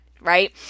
right